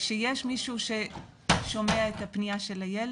כשיש מישהו ששומע את הפניה של הילד,